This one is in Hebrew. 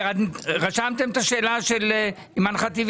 איזה קניות של המטה למשרד לביטחון